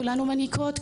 כולנו מניקות.